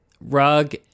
Rug